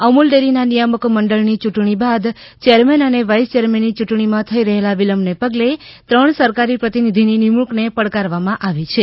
અમૂલ ડેરીના નિયામક મંડળની યૂંટણી બાદ ચેરમેન અને વાઇસ ચેરમેનની યૂંટણીમાં થઇ રહેલા વિલંબને પગલે ત્રણ સરકારી પ્રતિનિધિની નિમણૂંકને પડકારવામાં આવી છે